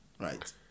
Right